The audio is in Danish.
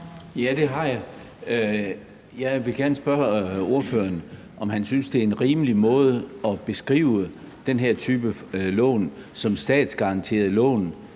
Ja, det har jeg. Jeg vil gerne spørge ordføreren, om han synes, at det at omtale den hen type lån som statsgaranterede lån